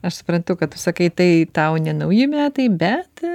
aš suprantu kad tu sakai tai tau ne nauji metai bet